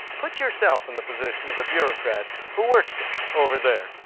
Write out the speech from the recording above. put yourself in the position of a bureaucrat who works over there.